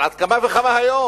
אבל על אחת כמה וכמה היום.